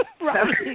Right